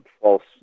false